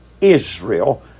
Israel